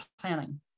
planning